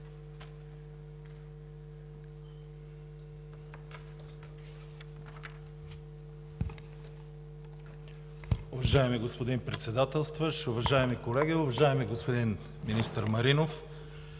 Уважаеми господин Председател, уважаеми колеги, уважаеми господин министър Маринов!